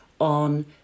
on